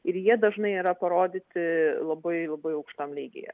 ir jie dažnai yra parodyti labai labai aukštam lygyje